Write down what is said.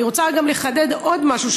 אני רוצה גם לחדד עוד משהו,